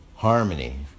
Harmony